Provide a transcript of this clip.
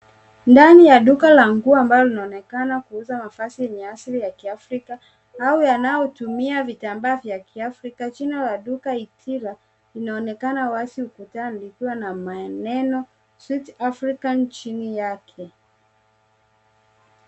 Ndani ya duka la nguo ambalo linaonekana kuuza mavazi yenye asili kiafrika au yanayotumia vitambaa vya kiafrika ,jina la duka ithira linaonekana wazi ukutani ikiwa na maneno (cs)sweet African(cs) chini yake.